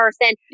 person